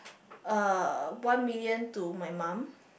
uh one million to my mum